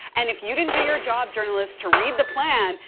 and if you didn't do your job journalists to read the plan,